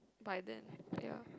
by then ya